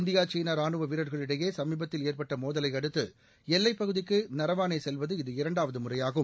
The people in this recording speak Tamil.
இந்தியா சீனா ரானுவ வீரர்களிடையே சமீபத்தில் ஏற்பட்ட மோதலை அடுத்து எல்லைப் பகுதிக்கு நரவானே செல்வது இது இரண்டாவது முறையாகும்